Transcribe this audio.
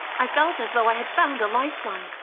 i felt as though i had found a lifeline.